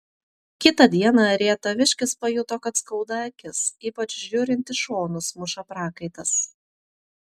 kitą dieną rietaviškis pajuto kad skauda akis ypač žiūrint į šonus muša prakaitas